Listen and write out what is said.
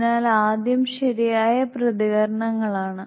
അതിനാൽ ആദ്യം ശരിയായ പ്രതികരണങ്ങളാണ്